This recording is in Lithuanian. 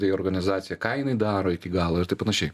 tai organizacija ka jinai daro iki galo ir panašiai